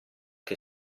che